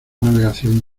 navegación